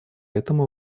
этому